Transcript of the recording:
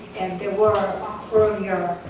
and they were era